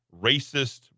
racist